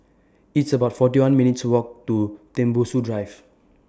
It's about forty one minutes' Walk to Tembusu Drive